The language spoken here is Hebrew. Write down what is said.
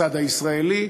בצד הישראלי,